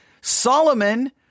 Solomon